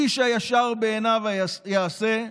איש הישר בעיניו יעשה,